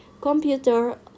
computer